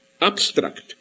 abstract